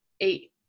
eight